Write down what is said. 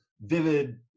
vivid